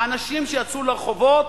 האנשים שיצאו לרחובות,